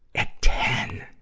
at ten!